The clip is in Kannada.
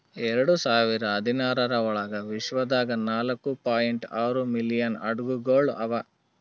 ಎರಡು ಸಾವಿರ ಹದಿನಾರರ ಒಳಗ್ ವಿಶ್ವದಾಗ್ ನಾಲ್ಕೂ ಪಾಯಿಂಟ್ ಆರೂ ಮಿಲಿಯನ್ ಹಡಗುಗೊಳ್ ಅವಾ